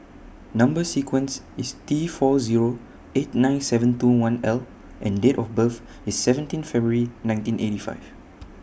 Number sequence IS T four Zero eight nine seven two one L and Date of birth IS seventeen February nineteen eighty five